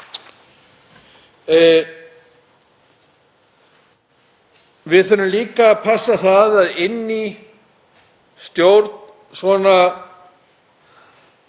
Við þurfum líka að passa að inn í stjórn svona